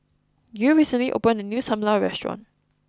Gil recently opened a new Sam Lau Restaurant